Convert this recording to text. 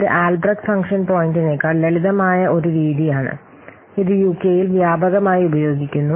ഇത് Albrecht function പോയിന്റിനേക്കാൾ ലളിതമായ ഒരു രീതിയാണ് ഇത് യുകെയിൽ വ്യാപകമായി ഉപയോഗിക്കുന്നു